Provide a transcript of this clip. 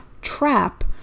trap